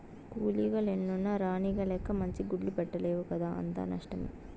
కూలీగ లెన్నున్న రాణిగ లెక్క మంచి గుడ్లు పెట్టలేవు కదా అంతా నష్టమే